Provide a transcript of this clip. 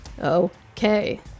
Okay